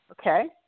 Okay